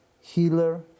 healer